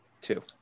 Two